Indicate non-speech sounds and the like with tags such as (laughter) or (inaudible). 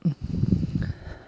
(breath)